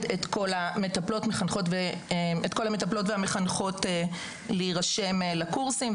את כל המטפלות והמחנכות להירשם לקורסים,